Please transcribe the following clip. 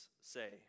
say